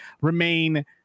remain